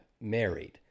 married